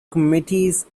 committees